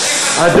אחרי חצות,